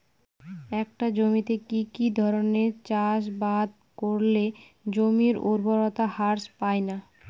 একটা জমিতে কি কি ধরনের চাষাবাদ করলে জমির উর্বরতা হ্রাস পায়না?